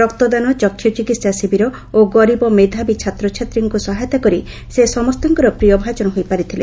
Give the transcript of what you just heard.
ରକ୍ତଦାନ ଚକ୍ଷୁଚିକିସା ଶିବିର ଓ ଗରିବ ମେଧାବୀ ଛାତ୍ରଛାତ୍ରୀଙ୍କ ସହାୟତା କରି ସେ ସମସ୍ତଙ୍କର ପ୍ରିୟଭାଜନ ହୋଇପାରିଥିଲେ